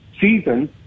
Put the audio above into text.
season